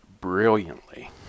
brilliantly